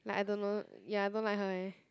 like I don't know ya I don't like her eh